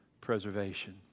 preservation